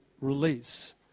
release